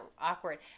awkward